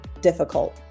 difficult